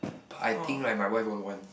but I think right my wife won't want